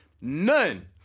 none